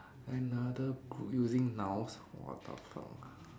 another clue using nouns what the fuck